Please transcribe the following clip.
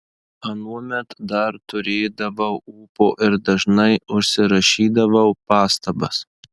anuomet dar turėdavau ūpo ir dažnai užsirašydavau pastabas